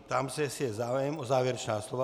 Ptám se, jestli je zájem o závěrečná slova.